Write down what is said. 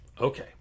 okay